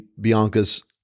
Bianca's